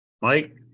Mike